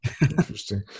Interesting